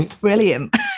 brilliant